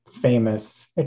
famous